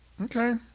Okay